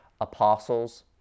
apostles